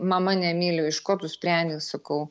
mama nemyli o iš ko tu sprendi sakau